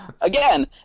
Again